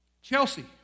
Chelsea